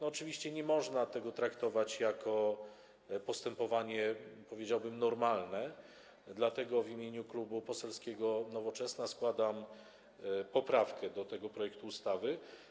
Oczywiście nie można tego traktować jako postępowania, powiedziałbym, normalnego, dlatego w imieniu Klubu Poselskiego Nowoczesna składam poprawkę do tego projektu ustawy.